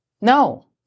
No